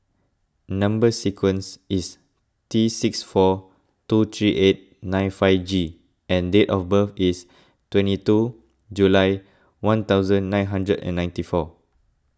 Number Sequence is T six four two three eight nine five G and date of birth is twenty two July one thousand nine hundred and ninety four